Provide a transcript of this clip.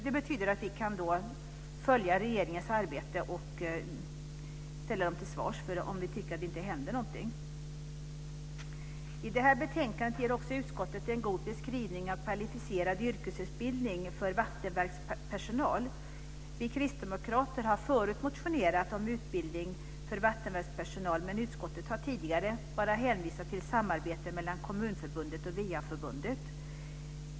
Det betyder att vi kan följa regeringens arbete och ställa dem till svars om vi tycker att det inte händer någonting. I det här betänkandet ger utskottet också en god beskrivning av kvalificerad yrkesutbildning av vattenverkspersonal. Vi kristdemokrater har förut motionerat om utbildning av vattenverkspersonal, men utskottet har tidigare bara hänvisat till ett samarbete mellan Kommunförbundet och VA-förbundet.